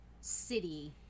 city